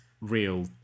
real